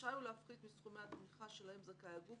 רשאי הוא להפחית מסכומי התמיכה שלהם זכאי הגוף